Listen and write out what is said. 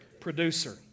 producer